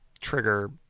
trigger